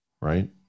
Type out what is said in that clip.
Right